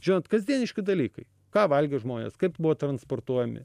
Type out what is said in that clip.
žinot kasdieniški dalykai ką valgė žmonės kaip buvo transportuojami